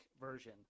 version